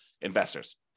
investors